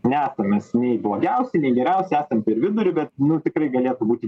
nesam mes blogiausi nei geriausi esam per vidurį bet nu tikrai galėtų būti